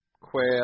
quail